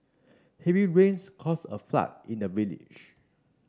heavy rains caused a flood in the village